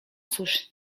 cóż